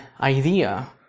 idea